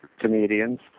comedians